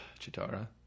Chitara